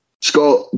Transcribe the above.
Scott